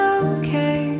okay